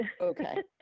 Okay